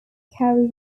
carry